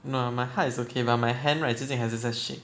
no lah my heart is okay but my hand right 最近还是在 shake